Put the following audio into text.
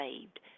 saved